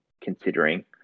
considering